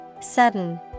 Sudden